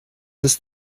ist